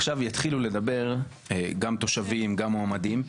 עכשיו יתחילו לדבר גם תושבים, גם מועמדים.